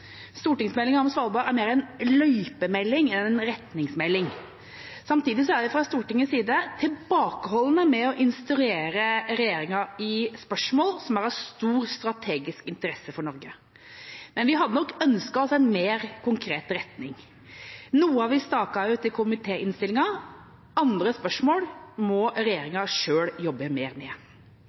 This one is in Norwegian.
Stortingsmeldinga om Svalbard er mer en løypemelding enn en retningsmelding. Samtidig er vi fra Stortingets side tilbakeholdne med å instruere regjeringa i spørsmål som er av stor strategisk interesse for Norge. Men vi hadde nok ønsket oss en mer konkret retning. Noe har vi